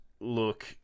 look